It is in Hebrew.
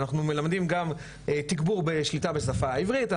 אנחנו מלמדים גם תגבור בשליטה בשפה העברית,